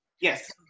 Yes